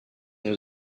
nous